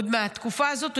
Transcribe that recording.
עוד מהתקופה הזאת,